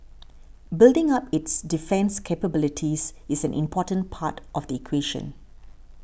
building up its defence capabilities is an important part of the equation